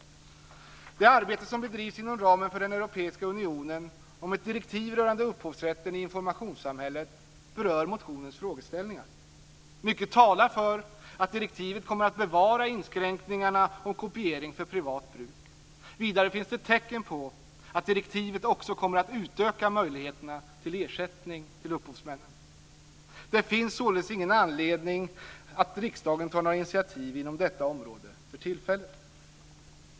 Det arbete som bedrivs inom ramen för den europeiska unionen om ett direktiv rörande upphovsrätten i informationssamhället berör motionens frågeställningar. Mycket talar för att direktivet kommer att bevara inskränkningarna om kopiering för privat bruk. Vidare finns tecken på att direktivet också kommer att utöka möjligheterna till ersättning till upphovsmännen. Det finns således ingen anledning för riksdagen att ta några initiativ inom detta område för tillfället.